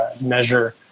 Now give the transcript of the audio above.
measure